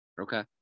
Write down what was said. Okay